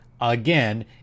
again